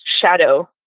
shadow